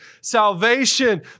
salvation